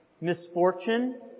misfortune